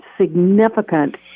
significant